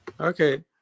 Okay